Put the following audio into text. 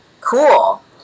cool